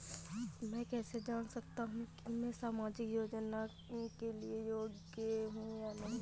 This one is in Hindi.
मैं कैसे जान सकता हूँ कि मैं सामाजिक योजना के लिए योग्य हूँ या नहीं?